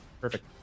Perfect